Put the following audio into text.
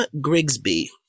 Grigsby